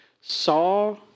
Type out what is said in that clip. saw